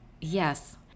Yes